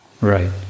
Right